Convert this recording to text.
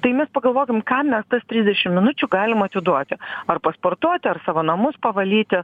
tai mes pagalvokim kam mes tas trisdešimt minučių galim atiduoti ar pasportuoti ar savo namus pavalyti